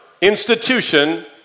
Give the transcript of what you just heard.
institution